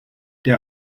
der